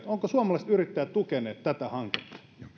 ovatko suomalaiset yrittäjät tukeneet tätä hanketta